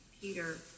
Peter